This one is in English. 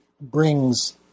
brings